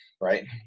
right